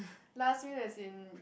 last meal as in